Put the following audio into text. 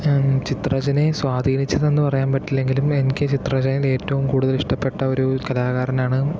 ചിത്ര രചനയെ സ്വാധീനിച്ചത് എന്ന് പറയാൻ പറ്റില്ലെങ്കിലും എനിക്ക് ചിത്ര രചനയിൽ ഏറ്റവും കൂടുതൽ ഇഷ്ടപ്പെട്ട ഒരു കലാകാരനാണ്